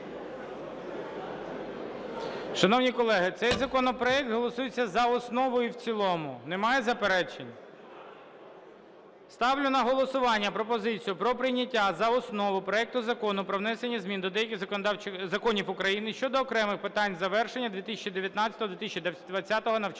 Шановні колеги, цей законопроект голосується за основу і в цілому. Немає заперечень? Ставлю на голосування пропозицію про прийняття за основу проекту Закону про внесення змін до деяких законів України щодо окремих питань завершення 2019-2020 навчального